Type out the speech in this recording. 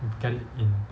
get it in